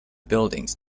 buildings